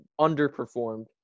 underperformed